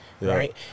right